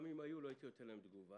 גם אם היו לא הייתי נותן להם להגיב.